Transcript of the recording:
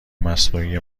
مصنوعی